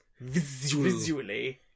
visually